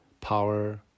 power